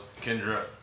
Kendra